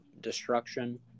destruction